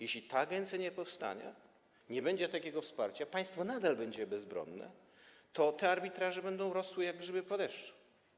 Jeśli ta agencja nie powstanie, nie będzie takiego wsparcia, państwo nadal będzie bezbronne, to te arbitraże będą rosły jak grzyby po deszczu.